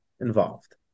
involved